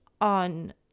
on